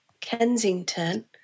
Kensington